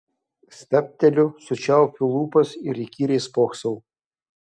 stabteliu sučiaupiu lūpas ir įkyriai spoksau